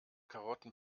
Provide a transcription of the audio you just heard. karotten